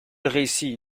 récit